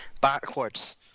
backwards